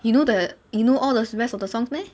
you know the you know all the rest of the songs meh